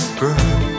girl